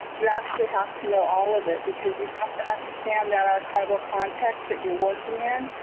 you actually have to know all of it. because you have to understand that archival context that you're working in.